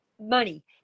money